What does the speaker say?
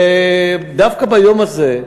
ודווקא ביום הזה,